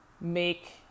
make